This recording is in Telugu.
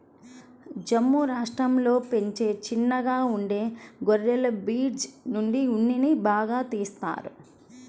జమ్ము రాష్టంలో పెంచే చిన్నగా ఉండే గొర్రెల బ్రీడ్ నుంచి ఉన్నిని బాగా తీత్తారు